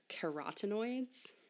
carotenoids